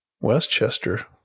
Westchester